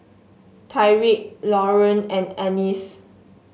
Tyriq Lauryn and Annice